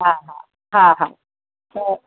हा हा हा हा